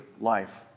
life